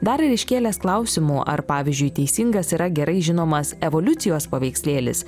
dar ir iškėlęs klausimų ar pavyzdžiui teisingas yra gerai žinomas evoliucijos paveikslėlis